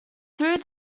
through